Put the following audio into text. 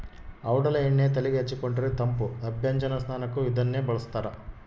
ಔಡಲ ಎಣ್ಣೆ ತೆಲೆಗೆ ಹಚ್ಚಿಕೊಂಡರೆ ತಂಪು ಅಭ್ಯಂಜನ ಸ್ನಾನಕ್ಕೂ ಇದನ್ನೇ ಬಳಸ್ತಾರ